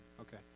Okay